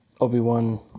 Obi-Wan